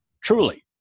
Truly